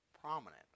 prominent